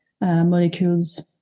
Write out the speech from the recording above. molecules